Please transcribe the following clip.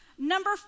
Number